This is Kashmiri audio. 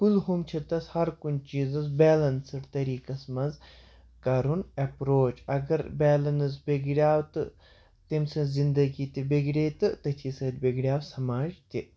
کُلہُم چھُ تس ہَر کُنہِ چیٖزَس بیلَنسٕڈ طٔریٖقَس منٛز کَرُن ایپروچ اگر بیلَنٕس بِگڑیٛاو تہٕ تٔمۍ سٕنٛز زِنٛدَگی تہِ بِگڑے تہٕ تٔتھی سۭتۍ بِگڑیٛاو سَماج تہِ